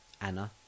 Anna